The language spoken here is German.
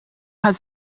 hat